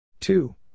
Two